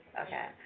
Okay